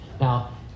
Now